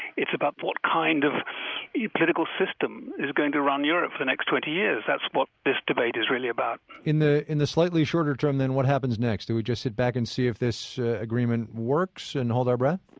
it's about what kind of political system is going to run europe for the next twenty years. that's what this debate is really about in the in the slightly shorter term, then, what happens next? do we just sit back and see if this agreement works and hold our breath?